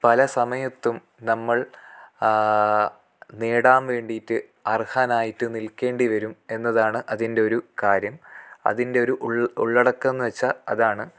പല സമയത്തും നമ്മൾ നേടാൻ വേണ്ടിയിട്ട് അർഹനായിട്ട് നിൽക്കേണ്ടി വരും എന്നതാണ് അതിൻ്റെ ഒരു കാര്യം അതിൻ്റെ ഒരു ഉൾ ഉള്ളടക്കമെന്ന് വെച്ചാൽ അതാണ്